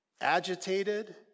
agitated